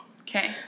Okay